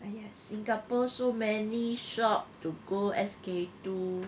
in singapore so many shop to go S_K two